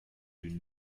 une